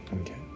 Okay